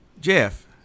Jeff